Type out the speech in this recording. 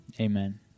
amen